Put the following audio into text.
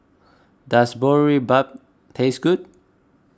Does Boribap taste good